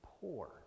poor